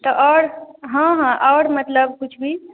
तऽ आओर हँ हँ आओर मतलब किछु भी